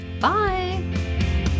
bye